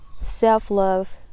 self-love